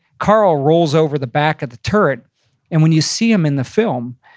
karl rolls over the back of the turret and when you see him in the film,